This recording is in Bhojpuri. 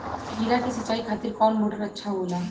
खीरा के सिचाई खातिर कौन मोटर अच्छा होला?